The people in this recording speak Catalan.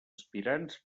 aspirants